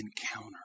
encounter